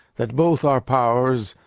that both our powers,